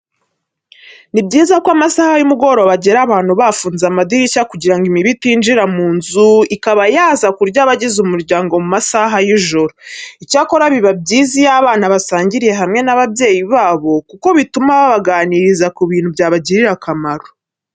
Ni byiza ko amasaha y'umugoroba agera abantu bafunze amadirishya kugira ngo imibu itinjira mu nzu ikaba yaza kurya abagize umuryango mu masaha y'ijoro. Icyakora, biba byiza iyo abana basangiriye hamwe n'ababyeyi babo kuko bituma babaganiriza ku bintu byabagirira akamaro.